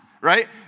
right